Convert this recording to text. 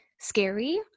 scary